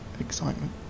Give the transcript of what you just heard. excitement